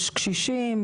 יש קשישים,